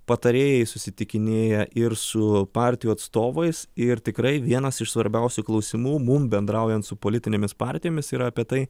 patarėjais susitikinėja ir su partijų atstovais ir tikrai vienas iš svarbiausių klausimų mum bendraujant su politinėmis partijomis yra apie tai